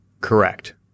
Correct